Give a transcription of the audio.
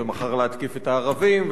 ומחר להתקיף את הערבים,